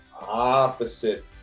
Opposite